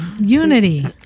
unity